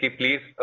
please